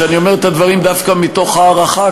שאני אומר את הדברים דווקא מתוך הערכה,